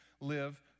live